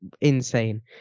insane